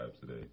today